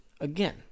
Again